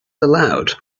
allowed